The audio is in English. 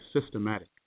systematic